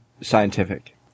scientific